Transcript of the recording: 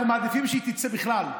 אנחנו מעדיפים שהיא תצא בכלל,